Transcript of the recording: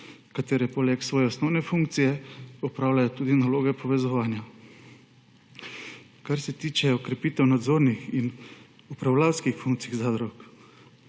ki poleg svoje osnovne funkcije opravljajo tudi naloge povezovanja. Kar se tiče okrepitev nadzornih in upravljavskih funkcij zadrug,